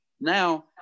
now